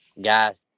guys